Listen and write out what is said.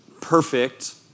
perfect